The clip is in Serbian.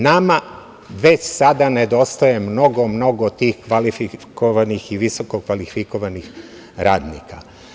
Nama već sada nedostaje mnogo, mnogo tih kvalifikovanih i visokokvalifikovanih radnika.